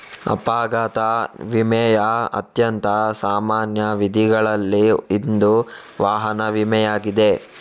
ಅಪಘಾತ ವಿಮೆಯ ಅತ್ಯಂತ ಸಾಮಾನ್ಯ ವಿಧಗಳಲ್ಲಿ ಇಂದು ವಾಹನ ವಿಮೆಯಾಗಿದೆ